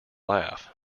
laugh